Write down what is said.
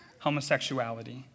homosexuality